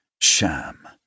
Sham